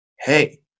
hey